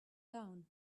down